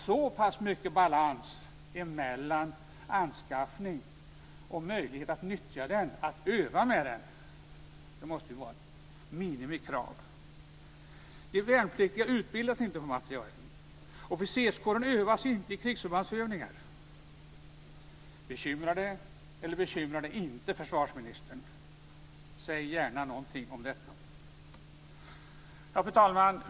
Så pass mycket balans mellan anskaffning och möjlighet att nyttja den, att öva med den, måste vara ett minimikrav. De värnpliktiga utbildas inte på materielen. Officerarna övas inte i krigsförbandsövningar. Bekymrar det, eller bekymrar det inte, försvarsministern? Säg gärna någonting om detta. Fru talman!